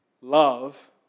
Love